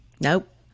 Nope